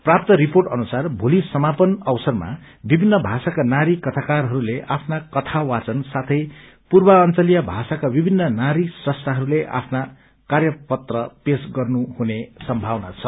प्राप्त रिर्पोट अनुसार भोली समापन अवसरमा विभिन्न भाषाका नारी कथाकारहरूले आफ्ना कथा वाचन साथै पुर्वाजलीय भाषाका विभिन्न नारी स्रष्ठाहरूले आफ्नो कार्यपत्र पेश गर्नु हुने संभावना छ